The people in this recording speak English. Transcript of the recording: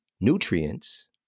nutrients